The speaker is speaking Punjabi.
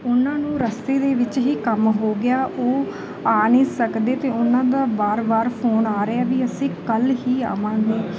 ਉਹਨਾਂ ਨੂੰ ਰਸਤੇ ਦੇ ਵਿੱਚ ਹੀ ਕੰਮ ਹੋ ਗਿਆ ਉਹ ਆ ਨਹੀਂ ਸਕਦੇ ਅਤੇ ਉਹਨਾਂ ਦਾ ਬਾਰ ਬਾਰ ਫੋਨ ਆ ਰਿਹਾ ਵੀ ਅਸੀਂ ਕੱਲ੍ਹ ਹੀ ਆਵਾਂਗੇ